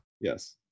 yes